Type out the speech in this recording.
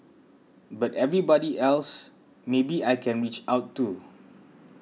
but everybody else maybe I can reach out to